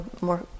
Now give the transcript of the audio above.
more